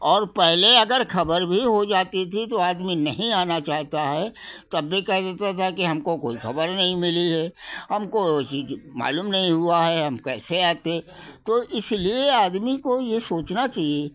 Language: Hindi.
और पहले अगर खबर भी हो जाती थी तो आदमी नहीं आना चाहता है तब भी कह देता था कि हमको कोई खबर नहीं मिली है हमको वो चीज मालूम नहीं हुआ है हम कैसे आते तो इसलिए आदमी को ये सोचना चाहिए